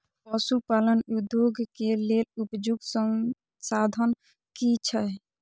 पशु पालन उद्योग के लेल उपयुक्त संसाधन की छै?